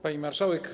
Pani Marszałek!